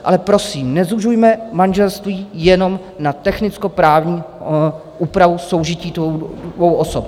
Ale prosím, nezužujme manželství jenom na technickoprávní úpravu soužití dvou osob.